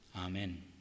Amen